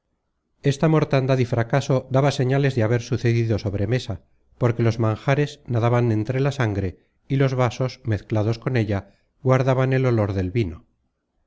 esta mortandad y fracaso daba señales de haber sucedido sobre mesa porque los manjares nadaban entre la sangre y los vasos mezclados con ella guardaban el olor del vino